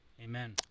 Amen